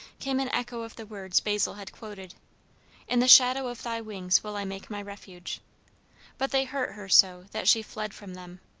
came an echo of the words basil had quoted in the shadow of thy wings will i make my refuge but they hurt her so that she fled from them.